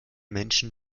menschen